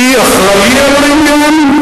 מי אחראי לעניין?